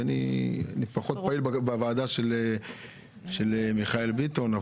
כי אני פחות פעיל בוועדה של מיכאל ביטון,